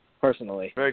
Personally